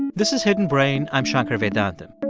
this is hidden brain. i'm shankar vedantam.